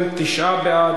ההצעה להעביר את